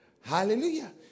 hallelujah